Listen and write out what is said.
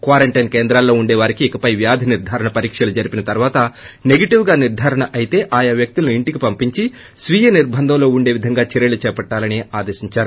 quarantine కేంద్రాల్లో వుండే వారికి ఇకపై వ్యాధి నిర్దారణ్ పరీక్షలు జరిపిన తర్వాత నెగటివ్ గా నిర్దారణ అయితే ఆయా వ్యక్తులను ఇంటికి పంపించి స్వీయ నిర్బంధంలో హోం క్వారంటైన్ వుండే విధంగా చర్యలు చేపట్టాలని ఆదేశించారు